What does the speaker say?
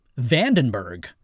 Vandenberg